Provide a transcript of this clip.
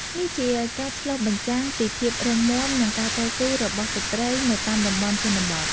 នេះជាការឆ្លុះបញ្ចាំងពីភាពរឹងមាំនិងការតស៊ូរបស់ស្ត្រីនៅតាមតំបន់ជនបទ។